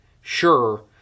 Sure